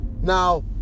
now